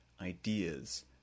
ideas